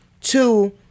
Two